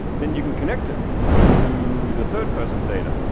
then you can connect it to the third-person data,